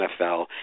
NFL